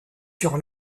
sur